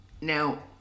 Now